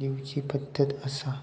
दिवची पद्धत आसा